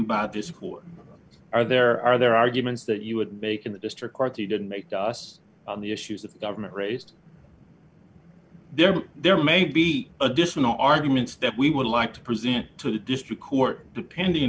by this court are there are there arguments that you would make in the district court they didn't make us on the issues the government raised there there may be additional arguments that we would like to present to the district court depending